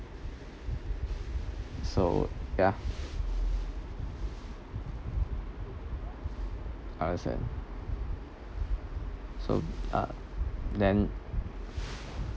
so ya understand so uh then